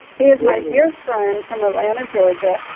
he is my dear friend from atlanta, georgia.